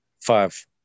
five